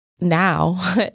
now